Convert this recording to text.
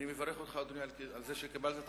אני מברך אותך, אדוני, על זה שקיבלת את